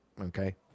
Okay